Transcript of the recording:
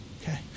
Okay